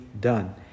done